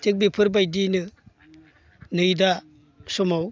थिग बेफोरबायदियैनो नै दा समाव